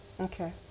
Okay